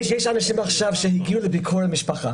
יש אנשי שהגיעו לביקור משפחתי